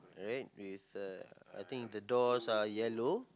red with the I think the doors are yellow